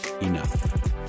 enough